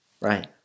Right